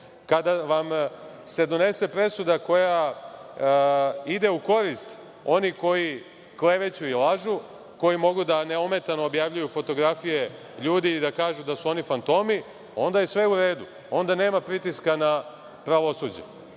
Kada vam se donese presuda koja ide u korist onih koji kleveću i lažu, koji mogu da neometano objavljuju fotografije ljudi i da kažu da su oni fantomi, onda je sve u redu, onda nema pritiska na pravosuđe.